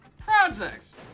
Projects